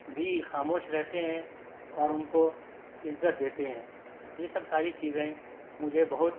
بھی خاموش رہتے ہیں اور ان کو عزت دیتے ہیں یہ سب ساری چیزیں مجھے بہت